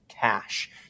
cash